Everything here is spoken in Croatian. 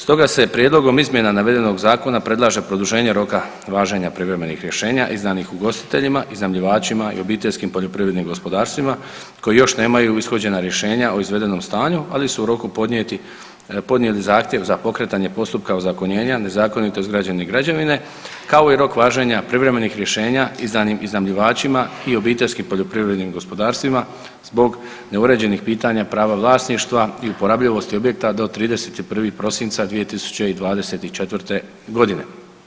Stoga, se prijedlogom izmjena navedenoga zakona predlaže produženje roka važenja privremenih rješenja izdanih ugostiteljima, iznajmljivačima i obiteljskim poljoprivrednim gospodarstvima koji još nemaju ishođena rješenja o izvedenom stanju, ali su u roku podnijeti, podnijeli zahtjev za pokretanje postupka ozakonjenja nezakonito izgrađene građevine kao i rok važenja privremenih rješenja izdanim iznajmljivačima i obiteljskim poljoprivrednim gospodarstvima zbog neuređenih pitanja prava vlasništva i uporabljivosti objekta do 31. prosinca 2024. godine.